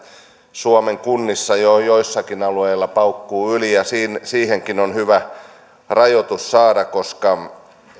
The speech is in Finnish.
suomen kunnissa jo joillakin alueilla paukkuu yli siihenkin on hyvä saada rajoitus koska